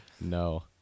No